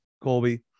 Colby